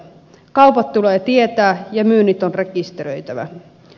kaupat tulee tietää ja myynnit on rekisteröitävä